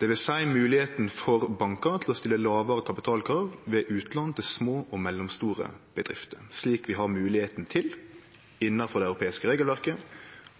for bankar til å stille lågare kapitalkrav ved utlån til små og mellomstore bedrifter, slik vi har moglegheit til innanfor det europeiske regelverket,